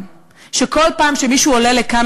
שכל פעם שמישהו עולה לכאן,